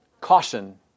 caution